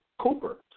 Cooper